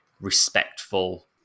respectful